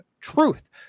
truth